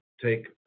take